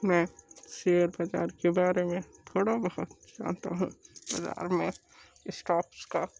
मैं शेयर बाजार के बारे में थोड़ा बहुत जानता हूँ बाजार में इस्टॉक का